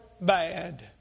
bad